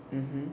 mmhmm